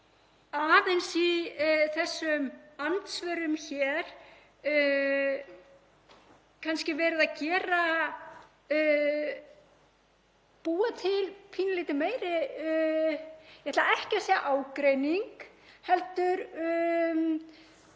finnst í þessum andsvörum hér kannski aðeins verið að búa til pínulítið meiri, ég ætla ekki að segja ágreining heldur